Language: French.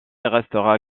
restera